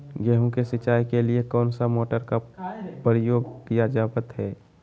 गेहूं के सिंचाई के लिए कौन सा मोटर का प्रयोग किया जावत है?